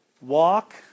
Walk